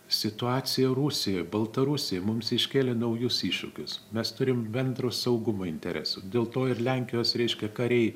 situacija rusijoj baltarusijoj mums iškėlė naujus iššūkius mes turim bendro saugumo interesų dėl to ir lenkijos reiškia kariai